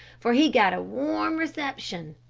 for he got a warm reception,